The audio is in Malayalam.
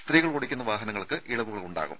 സ്ത്രീകൾ ഓടിക്കുന്ന വാഹനങ്ങൾക്ക് ഇളവുകൾ ഉണ്ടാകും